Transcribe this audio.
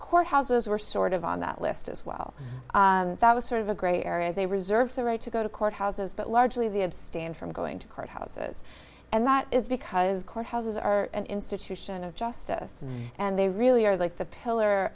courthouses were sort of on that list as well that was sort of a gray area they reserved the right to go to courthouses but largely the abstain from going to courthouses and that is because courthouses are an institution of justice and they really are like the pillar